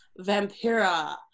Vampira